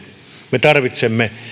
me tarvitsemme